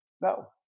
No